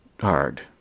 hard